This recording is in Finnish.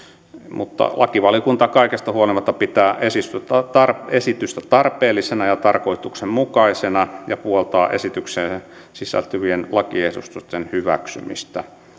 mutta lakivaliokunta kaikesta huolimatta pitää esitystä tarpeellisena ja tarkoituksenmukaisena ja puoltaa esitykseen sisältyvien lakiehdotusten hyväksymistä